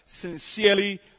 sincerely